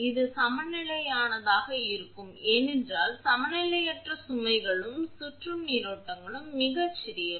இது சமநிலையானதாக இருக்க வேண்டும் ஏனென்றால் சமநிலையற்ற சுமைகளும் சுற்றும் நீரோட்டங்கள் மிகச் சிறியவை